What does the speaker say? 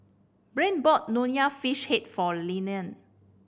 Brain bought Nonya Fish Head for Leonie